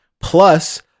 plus